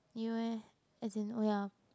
you eh as in oh ya